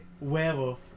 Werewolf